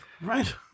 Right